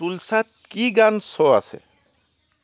তুলচাত কি গান শ্ব' আছে